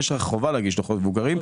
יש לך חובה להגיש דוחות מבוקרים,